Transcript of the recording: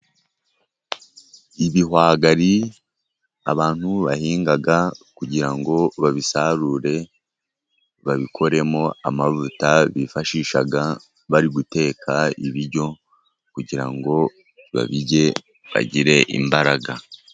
Ibihwagari abantu bahinga kugira ngo babisarure, babikoremo amavuta bifashisha bari guteka ibiryo, kugira ngo ba birye bagire imbaraga.